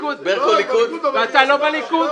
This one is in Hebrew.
ואתה לא בליכוד?